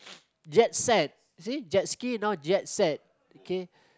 jet set you see jet ski now jet set okay